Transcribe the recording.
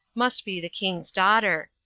must be the king's daughter,